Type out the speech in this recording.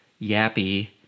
yappy